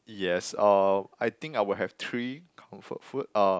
yes uh I think I would have three comfort food uh